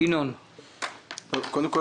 ינון אזולאי,